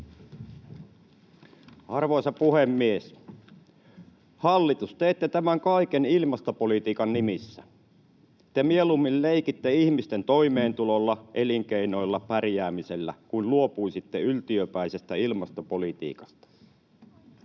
Arvoisa puhemies! Hallitus, teette tämän kaiken ilmastopolitiikan nimissä. Te mieluummin leikitte ihmisten toimeentulolla, elinkeinoilla, pärjäämisellä kuin luopuisitte yltiöpäisestä ilmastopolitiikasta.